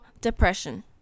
depression